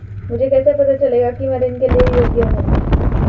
मुझे कैसे पता चलेगा कि मैं ऋण के लिए योग्य हूँ?